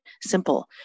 simple